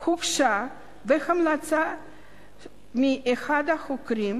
הוגשה בהמלצת אחד מהחוקרים